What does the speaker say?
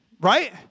Right